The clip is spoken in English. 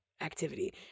activity